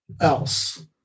else